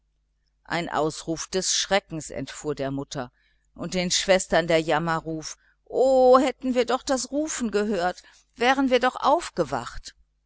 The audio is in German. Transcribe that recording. ein ausruf des schreckens entfuhr der mutter und den schwestern der jammerschrei o hätten wir doch das rufen gehört wären wir doch aufgewacht